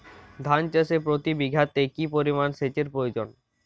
ধান চাষে প্রতি বিঘাতে কি পরিমান সেচের প্রয়োজন?